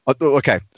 Okay